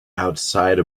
outside